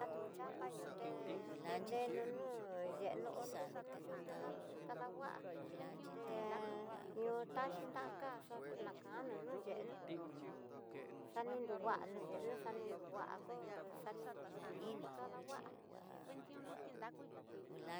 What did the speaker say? Na ku chapa ñoté te neno nú yenro konrukunru, yunú na kanahua, te ño'o kaxi nakuxa jakanó nuyenó xani nungua nú yenó xani nugua ko xaní nrukuyo kadángua.